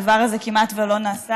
הדבר הזה כמעט לא נעשה,